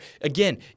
again